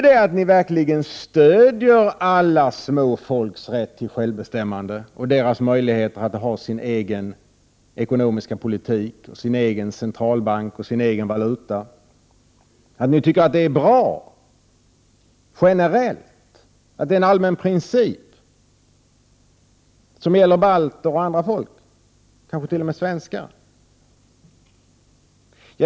Stöder de verkligen alla små folks rätt till självbestämmande och deras möjlighet att ha sin egen ekonomiska politik, sin egen centralbank och sin egen valuta? Tycker ni att det är bra generellt, att det är en allmän princip som skall gälla balter och andra folk, kanske t.o.m. svenskar?